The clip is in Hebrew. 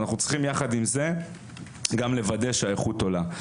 יחד עם זה אנחנו צריכים לוודא גם שהאיכות עולה.